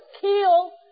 kill